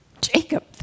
Jacob